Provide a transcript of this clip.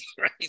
Right